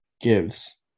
gives